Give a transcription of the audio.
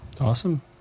Awesome